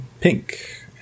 pink